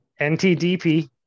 NTDP